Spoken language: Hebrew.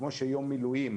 כמו שיום מילואים,